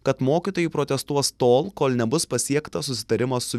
kad mokytojai protestuos tol kol nebus pasiektas susitarimas su